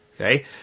Okay